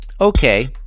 Okay